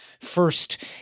first